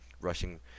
rushing